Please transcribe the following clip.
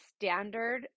standard